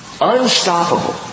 Unstoppable